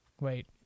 Wait